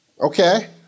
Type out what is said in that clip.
Okay